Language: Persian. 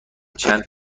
چند